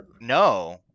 No